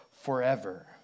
forever